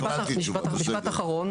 משפט אחרון.